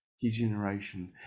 degeneration